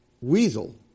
weasel